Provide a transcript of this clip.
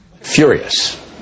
Furious